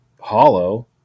hollow